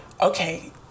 okay